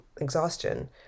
exhaustion